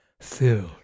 Filled